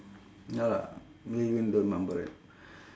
ya lah lil wayne don't mumble rap